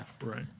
right